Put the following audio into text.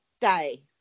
day